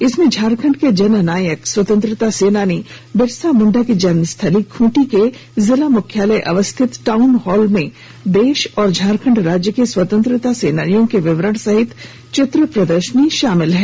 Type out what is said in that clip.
इसमें झारखंड के जननायक स्वतंत्रता सेनानी बिरसा मुंडा की जन्मस्थली खूंटी के जिला मुख्यालय अवस्थित टाउन हॉल में देश और झारखंड राज्य के स्वतंत्रता सेनानियों के विवरण सहित चित्र प्रदर्शनी शामिल है